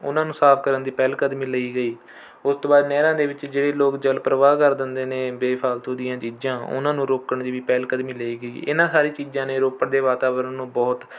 ਉਹਨਾਂ ਨੂੰ ਸਾਫ਼ ਕਰਨ ਦੀ ਪਹਿਲਕਦਮੀ ਲਈ ਗਈ ਉਸ ਤੋਂ ਬਾਅਦ ਨਹਿਰਾਂ ਦੇ ਵਿੱਚ ਜਿਹੜੇ ਲੋਕ ਜਲ ਪ੍ਰਵਾਹ ਕਰ ਦਿੰਦੇ ਨੇ ਬੇਫ਼ਾਲਤੂ ਦੀਆਂ ਚੀਜ਼ਾਂ ਉਹਨਾਂ ਨੂੰ ਰੋਕਣ ਦੀ ਵੀ ਪਹਿਲਕਦਮੀ ਲਈ ਗਈ ਇਹਨਾਂ ਸਾਰੀਆਂ ਚੀਜ਼ਾਂ ਨੇ ਰੋਪੜ ਦੇ ਵਾਤਾਵਰਣ ਨੂੰ ਬਹੁਤ